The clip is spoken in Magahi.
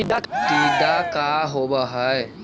टीडा का होव हैं?